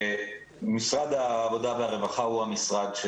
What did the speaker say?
משרד העבודה והרווחה הוא המשרד,